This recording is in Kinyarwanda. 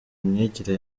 imyigire